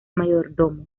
mayordomo